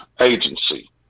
agency